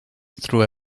through